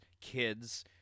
kids